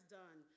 done